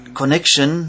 connection